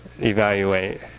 evaluate